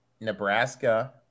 Nebraska